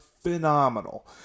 phenomenal